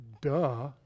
duh